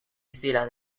zealand